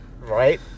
right